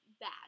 bad